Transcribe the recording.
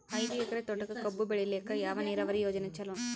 ಐದು ಎಕರೆ ತೋಟಕ ಕಬ್ಬು ಬೆಳೆಯಲಿಕ ಯಾವ ನೀರಾವರಿ ಯೋಜನೆ ಚಲೋ?